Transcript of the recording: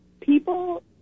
People